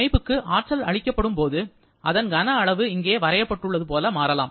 அமைப்புக்கு ஆற்றல் அளிக்கப்படும் போது அதன் கன அளவு இங்கே வரையப்பட்டுள்ளது போல மாறலாம்